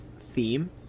theme